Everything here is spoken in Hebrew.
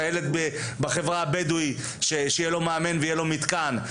שהילד בחברה הבדואית שיהיה לו מאמן ויהיה לו מתקן.